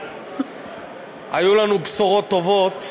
היו לנו בשורות טובות.